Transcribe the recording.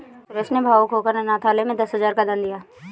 सुरेश ने भावुक होकर अनाथालय में दस हजार का दान दिया